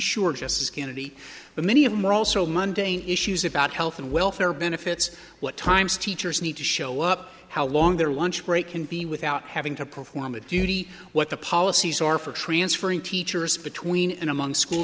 sure justice kennedy but many of them are also monday issues about health and welfare benefits what times teachers need to show up how long their lunch break can be without having to perform a duty what the policies are for transferring teachers between and among school